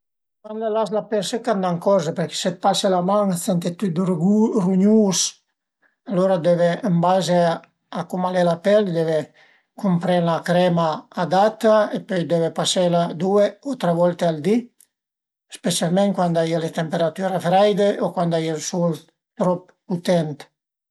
Cuand l'as la pel sëca të n'acorze përché së t'pase la man sente tüt rugu rugnus alura deve ën baze a cum al e la pel deve cumpré 'na crema adatta e pöi deve pasela due o tre volte al di specialmente cuand a ie le temperatüre freide o cuand a ie ël sul trop putent